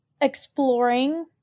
exploring